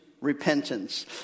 repentance